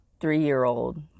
three-year-old